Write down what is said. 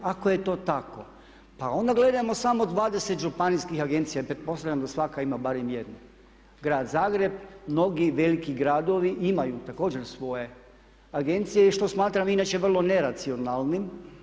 Ako je to tako, pa onda gledajmo samo 20 županijskih agencija i pretpostavljam da svaka ima barem jednu grad Zagreb, mnogi veliki gradovi imaju također svoje agencije i što smatram inače vrlo neracionalnim.